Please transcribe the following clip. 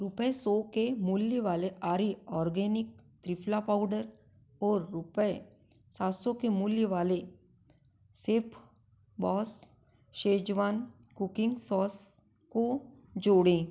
रुपये सौ के मूल्य वाले आर्य आर्गेनिक त्रिफ़ला पाउडर और रूपये सात सौ के मूल्य वाले सेफबॉस शेजवान कुकिंग सॉस को जोड़ें